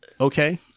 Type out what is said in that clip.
okay